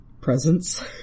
presents